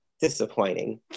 disappointing